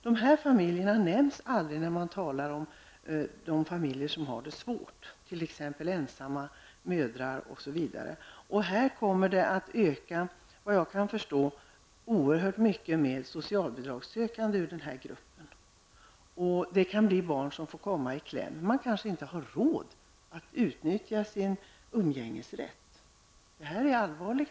Dessa familjer nämns aldrig när man talar om de människor som har det svårt, t.ex. ensamma mödrar. Såvitt jag kan förstå kommer antalet socialbidragsökande ur denna grupp att öka oerhört mycket, och barn kan komma i kläm. Föräldrar har kanske inte råd att utnyttja sin umgängesrätt, och detta är allvarligt.